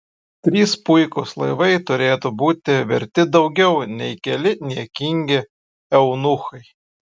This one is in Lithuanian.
trys puikūs laivai turėtų būti verti daugiau nei keli niekingi eunuchai